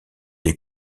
des